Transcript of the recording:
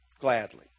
gladly